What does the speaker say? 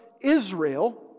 Israel